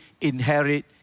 inherit